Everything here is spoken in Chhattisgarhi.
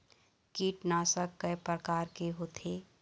कीटनाशक कय प्रकार के होथे?